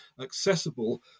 accessible